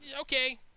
okay